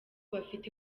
bafite